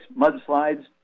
mudslides